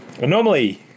Normally